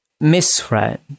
misread